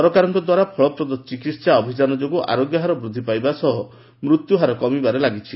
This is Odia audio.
ସରକାରଙ୍କ ଦ୍ୱାରା ଫଳପ୍ରଦ ଚିକିହା ଅଭିଯାନ ଯୋଗୁଁ ଆରୋଗ୍ୟ ହାର ବୃଦ୍ଧି ପାଇବା ସହ ମୃତ୍ୟୁହାର କମିବାରେ ଲାଗିଛି